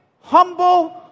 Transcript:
humble